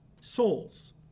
souls